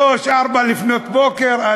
03:00, 04:00, לפנות בוקר.